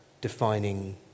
defining